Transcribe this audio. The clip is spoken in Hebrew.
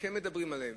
וכן מדברים עליהם,